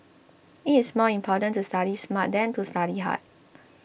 it is more important to study smart than to study hard